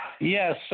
Yes